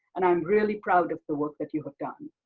and i'm really proud of the work that you have done.